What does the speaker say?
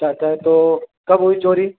चाचा तो कब हुई चोरी